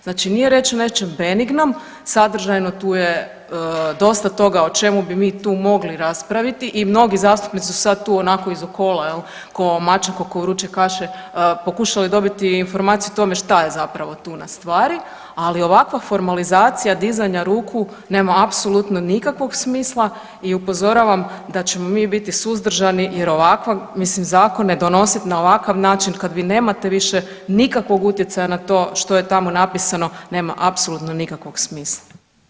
Znači nije riječ o nečem benignom, sadržajno tu je dosta toga o čemu bi mi tu mogli raspraviti i mnogi zastupnici su sad tu onako iz okola jel ko mačak oko vruće kaše pokušali informaciju o tome šta je zapravo tu na stvari, ali ovakva formalizacija dizanja ruku nema apsolutno nikakvog smisla i upozoravam da ćemo mi biti suzdržani jer ovakva, mislim zakone donosit na ovakav način kad vi nemate više nikakvog utjecaja na to što je tamo napisano nema apsolutno nikakvog smisla.